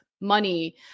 money